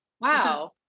Wow